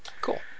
Cool